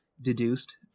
deduced